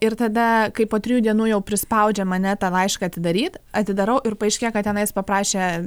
ir tada kai po trijų dienų jau prispaudžia mane tą laišką atidaryt atidarau ir paaiškėja kad tenais paprašė